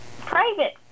private